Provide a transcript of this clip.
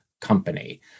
company